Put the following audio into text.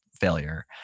failure